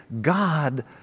God